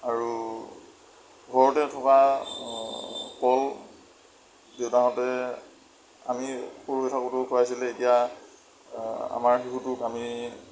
আৰু ঘৰতে থকা কল দেউতাহঁতে আমি সৰুতে থাকোতেও খুৱাইছিলে এতিয়া আমাৰ শিশুটোক আমি